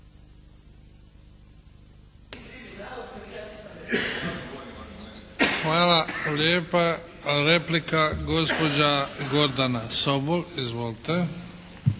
Hvala lijepa. Replika, gospođa Gordana Sobol. Izvolite.